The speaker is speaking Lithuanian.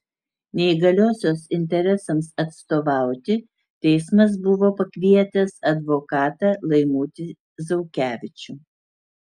neįgaliosios interesams atstovauti teismas buvo pakvietęs advokatą laimutį zaukevičių